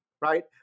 right